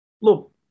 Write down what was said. look